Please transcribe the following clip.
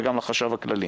וגם לחשב הכללי.